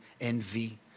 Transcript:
envy